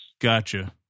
gotcha